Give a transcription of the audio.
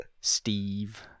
Steve